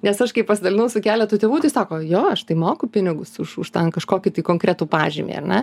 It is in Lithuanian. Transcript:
nes aš kai pasidalinau su keletu tėvų tai sako jo aš tai moku pinigus už už ten kažkokį tai konkretų pažymį ar ne